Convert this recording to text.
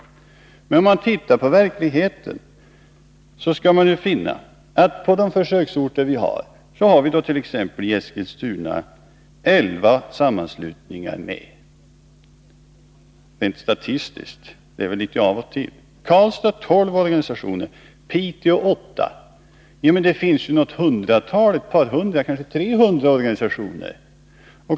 Tittar man på verkligheten, skall man finna att situationen på försöksorterna är en annan. I t.ex. Eskilstuna är — rent statistiskt, de deltar väl litet av och till — 11 sammanslutningar med. I Karlstad rör det sig om 12 organisationer och i Piteå om 8. Men det finns ju på var och en av dessa orter ett par hundra, kanske 300 organisationer.